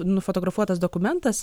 nufotografuotas dokumentas